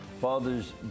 Fathers